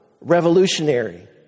revolutionary